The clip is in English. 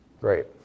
Great